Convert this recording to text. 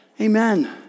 Amen